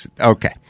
Okay